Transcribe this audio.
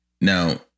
Now